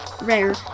rare